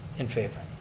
in favor.